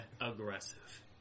aggressive